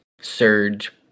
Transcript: Surge